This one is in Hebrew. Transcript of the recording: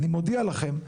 אני מודיע לכם,